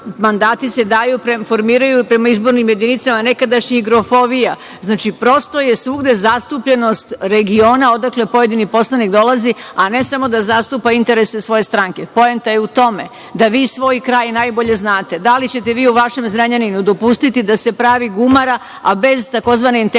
mandati formiraju prema izbornim jedinicama nekadašnjih grofovija. Znači, prosto je svugde zastupljenost regiona odakle pojedini poslanik dolazi, a ne samo da zastupa interese svoje stranke. Poenta je u tome, da vi svoj kraj najbolje znate. Da li ćete vi u vašem Zrenjaninu dopustiti da se pravi gumara, a bez tzv. integrisane